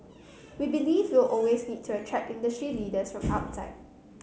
we believe we'll always need to attract industry leaders from outside